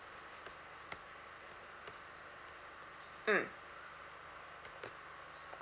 mm